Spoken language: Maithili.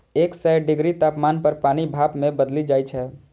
एक सय डिग्री तापमान पर पानि भाप मे बदलि जाइ छै